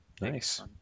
Nice